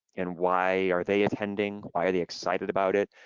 and why are they attending, why are they excited about it.